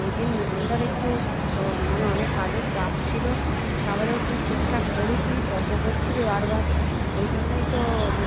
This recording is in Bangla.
ওইদিন নয়নদার একটু মানে অনেক কাজের চাপ ছিল তা বাদেও তুই ঠিকঠাক পড়িসনি তর্ক করছিলি বারবার ওইজন্যই তো